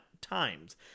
times